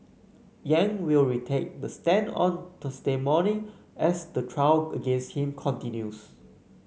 Yang will retake the stand on Thursday morning as the trial against him continues